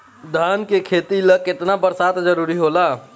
धान के खेती ला केतना बरसात जरूरी होला?